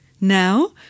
Now